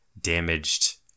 damaged